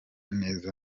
neza